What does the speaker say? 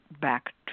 back